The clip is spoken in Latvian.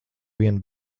vien